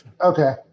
Okay